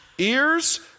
Ears